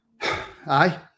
Aye